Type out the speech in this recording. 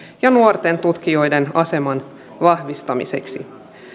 ja nuorten tutkijoiden aseman vahvistamiseksi